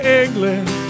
england